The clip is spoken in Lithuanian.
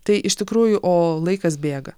tai iš tikrųjų o laikas bėga